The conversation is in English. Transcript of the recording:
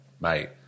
Mate